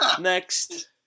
Next